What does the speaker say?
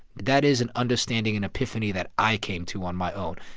that is an understanding and epiphany that i came to on my own.